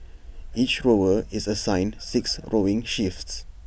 each rower is assigned six rowing shifts